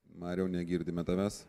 marijau negirdime tavęs